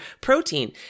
protein